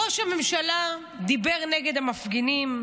ראש הממשלה דיבר נגד המפגינים,